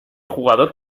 jugador